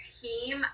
team